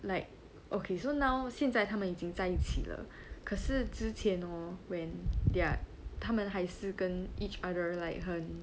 like okay so now since 现在他们已经在一起了可是之前 know when they're 他们还是跟 each other like 很